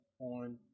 On